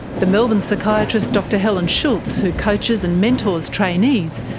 the melbourne psychiatrist dr helen schultz who coaches and mentors trainees,